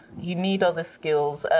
you need other skills.